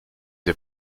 the